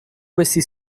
questi